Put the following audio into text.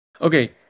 Okay